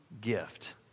gift